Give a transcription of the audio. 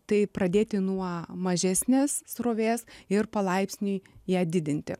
tai pradėti nuo mažesnės srovės ir palaipsniui ją didinti